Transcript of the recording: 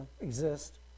exist